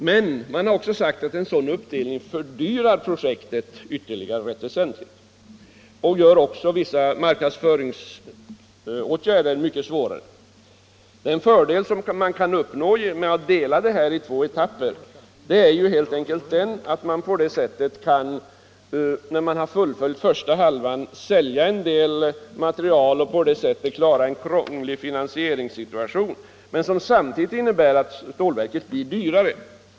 Men man har också sagt att en sådan uppdelning fördyrar projektet rätt väsentligt och gör vissa marknadsföringsåtgärder mycket svårare. Den fördel man kan uppnå genom att dela upp projektet i två etapper är helt enkelt att man när man har fullföljt den första halvan kan sälja en del material och på det sättet klara av en krånglig finansieringssituation. Men det innebär samtidigt att stålverket blir dyrare.